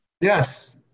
Yes